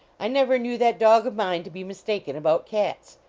i never knew that dog of mine to be mistaken about cats.